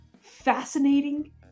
fascinating